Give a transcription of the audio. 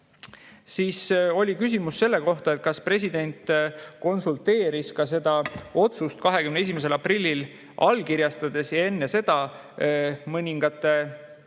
Siis oli küsimus selle kohta, kas president konsulteeris oma otsust 21. aprillil allkirjastades ja enne seda mõningate